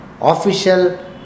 official